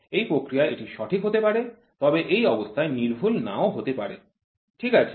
এই প্রক্রিয়ায় এটি সঠিক হতে পারে তবে এই অবস্থায় সূক্ষ্ম নাও হতে পারে ঠিক আছে